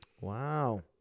Wow